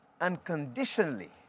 unconditionally